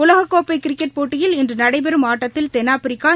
உலகக்கோப்பை கிரிக்கெட் போட்டியில் இன்று நடைபெறும் ஆட்டத்தில் தென்னாப்பிரிக்கா